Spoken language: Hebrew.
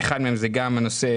שאחד מהם זה גם הנושא,